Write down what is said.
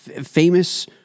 famous